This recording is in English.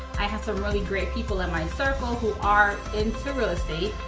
i have some really great people in my circle who are into real estate,